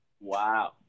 Wow